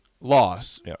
Loss